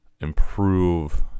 improve